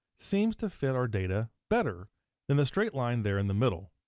seems to fit our data better than the straight line there in the middle.